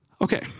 Okay